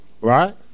right